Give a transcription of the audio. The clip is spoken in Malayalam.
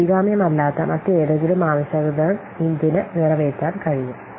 അഭികാമ്യമല്ലാത്ത മറ്റേതെങ്കിലും ആവശ്യകതകൾ ഇതിന് നിറവേറ്റാൻ കഴിയും